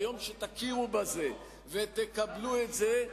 ביום שתכירו בזה ותקבלו את זה,